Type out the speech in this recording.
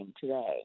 today